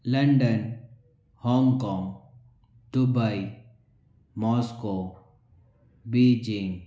London Hong Kong Dubai Moscow Beijing